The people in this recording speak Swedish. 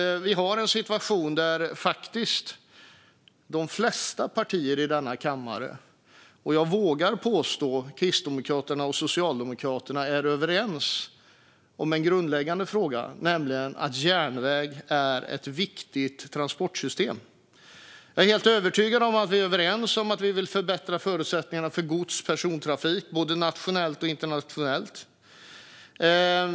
Vi har en situation där faktiskt de flesta partier i denna kammare är överens. Och jag vågar påstå att Kristdemokraterna och Socialdemokraterna är överens i en grundläggande fråga, nämligen att järnväg är ett viktigt transportsystem. Jag är helt övertygad om att vi är överens om att vi vill förbättra förutsättningarna för gods och persontrafik både nationellt och internationellt.